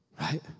right